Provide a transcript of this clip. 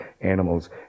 animals